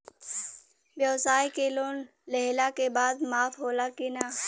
ब्यवसाय के लोन लेहला के बाद माफ़ होला की ना?